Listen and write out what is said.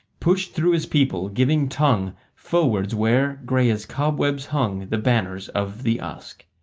pushed through his people, giving tongue foewards, where, grey as cobwebs hung, the banners of the usk.